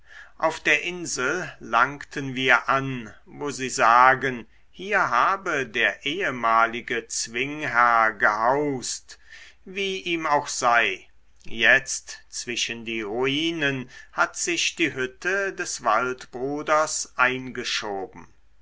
auf der insel langten wir an wo sie sagen hier habe der ehemalige zwingherr gehaust wie ihm auch sei jetzt zwischen die ruinen hat sich die hütte des waldbruders eingeschoben